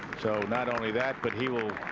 so not only that, but he will